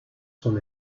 son